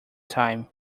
time